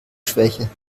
schwäche